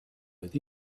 vaid